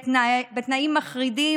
בתנאים מחרידים,